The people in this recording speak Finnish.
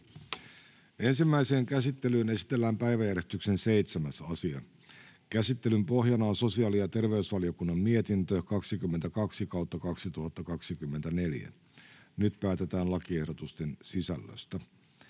Ensimmäiseen käsittelyyn esitellään päiväjärjestyksen 7. asia. Käsittelyn pohjana on sosiaali‑ ja terveysvaliokunnan mietintö StVM 22/2024 vp. Nyt päätetään lakiehdotusten sisällöstä.